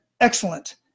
excellent